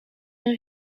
een